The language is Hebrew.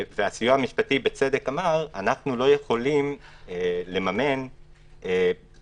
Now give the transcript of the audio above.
והסיוע המשפטי בצדק אמר: אנחנו לא יכולים לממן גישור,